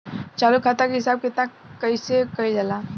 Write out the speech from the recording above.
चालू खाता के हिसाब किताब कइसे कइल जाला?